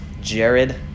Jared